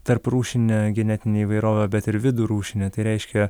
tarprūšinė genetinė įvairovė bet ir vidų rūšinė tai reiškia